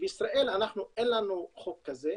בישראל אין לנו חוק כזה,